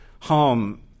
home